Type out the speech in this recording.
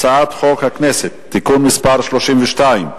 הצעת חוק הכנסת (תיקון מס' 32)